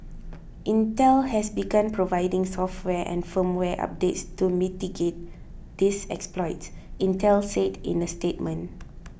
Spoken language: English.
Intel has begun providing software and firmware updates to mitigate these exploits Intel said in a statement